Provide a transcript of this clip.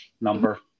number